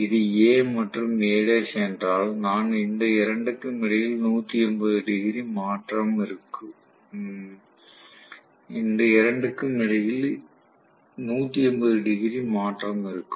இது A மற்றும் இது A என்றால் நான் இந்த இரண்டிற்கும் இடையில் 180 டிகிரி மாற்றம் இருக்கும்